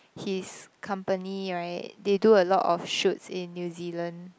his company right they do a lot of shoots in New Zealand